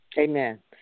Amen